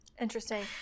Interesting